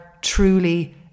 truly